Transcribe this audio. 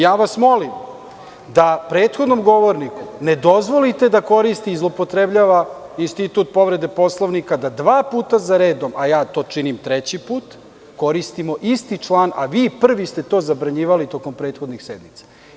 Ja vas molim da prethodnom govorniku ne dozvolite da koristi i zloupotrebljava institut povrede Poslovnika, da dva puta za redom, a ja to činim treći put, koristimo isti član, a vi ste prvi to zabranjivali tokom prethodnih sednica.